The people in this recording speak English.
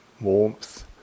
Warmth